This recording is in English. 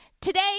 Today